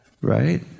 Right